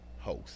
host